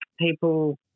people